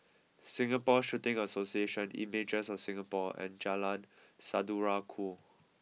Singapore Shooting Association Images of Singapore and Jalan Saudara Ku